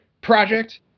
project